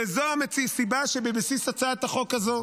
וזו הסיבה שבבסיס הצעת החוק הזו.